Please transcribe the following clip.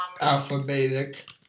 alphabetic